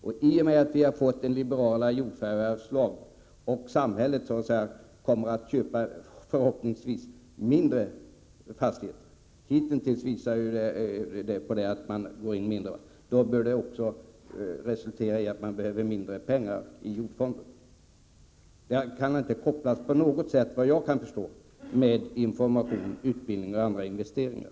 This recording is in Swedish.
Och i och med att vi har fått en mer liberal jordförvärvslag och samhället förhoppningsvis kommer att köpa mindre fastigheter — vilket hittills har blivit följden — bör vi komma att behöva mindre pengar i jordfonden. Den kan, såvitt jag förstår, inte kopplas till information, utbildning eller andra investeringar.